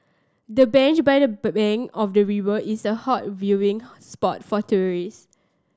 the bench by the of the river is a hot viewing spot for tourist